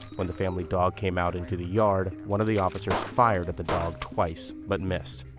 when the family dog came out into the yard one of the officers fired at the dog twice but missed.